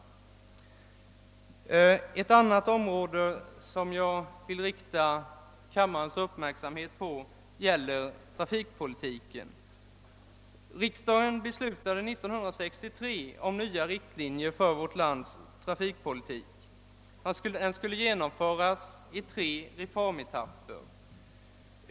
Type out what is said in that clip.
Ett annat område som jag vill rikta kammarens uppmärksamhet på är trafikpolitiken. Riksdagen beslutade år 1963 om nya riktlinjer för vårt lands trafikpolitik. Dessa skulle genomföras i tre reformetapper.